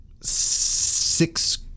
six